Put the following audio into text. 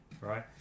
right